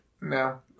no